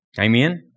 Amen